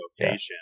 location